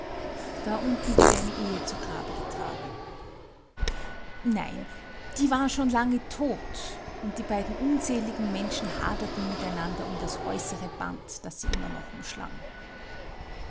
da unten wurde eine ehe zu grabe getragen nein die war schon lange tot und die beiden unseligen menschen haderten miteinander um das äußere band das sie immer noch umschlang